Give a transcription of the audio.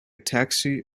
taxi